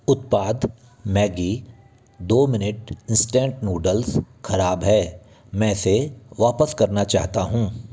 उत्पाद मैग्गी दो minute instant noodles ख़राब है मैं इसे वापस करना चाहता हूँ